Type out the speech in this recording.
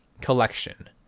collection